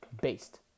based